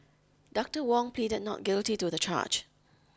Doctor Wong pleaded not guilty to the charge